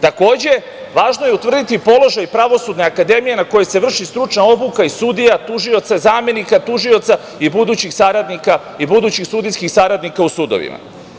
Takođe, važno je utvrditi položaj Pravosudne akademije na kojoj se vrši stručna obuka sudija, tužioca, zamenika tužioca i budućih sudijskih saradnika u sudovima.